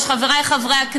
לא היו